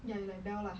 ya you like belle lah